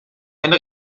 eine